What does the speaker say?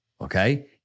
okay